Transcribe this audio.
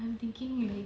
I'm thinking like